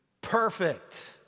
perfect